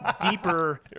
deeper